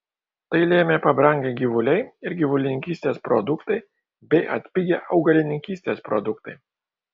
tai lėmė pabrangę gyvuliai ir gyvulininkystės produktai bei atpigę augalininkystės produktai